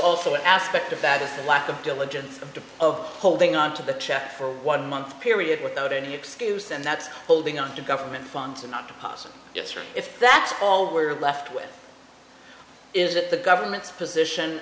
also an aspect of that lack of diligence of holding on to the check for one month period without any excuse and that's holding on to government funds and not deposit if that's all we are left with is that the government's position